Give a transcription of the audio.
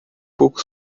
pouco